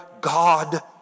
God